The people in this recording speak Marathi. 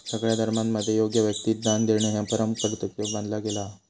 सगळ्या धर्मांमध्ये योग्य व्यक्तिक दान देणा ह्या परम कर्तव्य मानला गेला हा